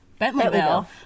Bentleyville